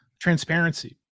transparency